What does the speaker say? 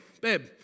babe